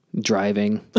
driving